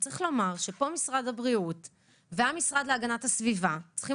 צריך לומר שפה משרד הבריאות והמשרד להגנת הסביבה צריכים